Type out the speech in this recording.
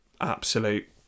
absolute